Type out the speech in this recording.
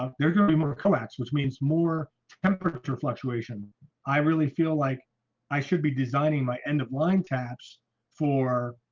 um they're gonna be more collapse, which means more temperature fluctuation i really feel like i should be designing my end of line taps for